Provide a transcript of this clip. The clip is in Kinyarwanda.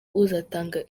uzatanga